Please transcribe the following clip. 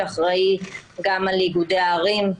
שאחראי גם על התאגידים העירוניים.